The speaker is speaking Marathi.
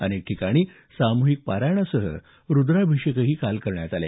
अनेक ठिकाणी सामुहिक पारायणासह रुद्राभिषेक करण्यात आले